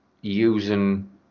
using